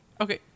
Okay